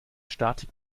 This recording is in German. statik